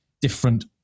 different